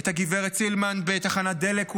איפה עידית סילמן כשביטלתם את חוק עילת הסבירות?